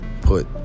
put